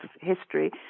history